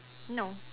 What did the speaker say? no